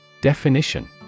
Definition